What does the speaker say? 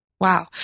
Wow